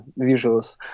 visuals